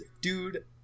dude